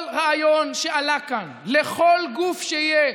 כל רעיון שעלה כאן לכל גוף שיהיה